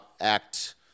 act